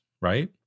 right